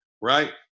right